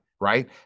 right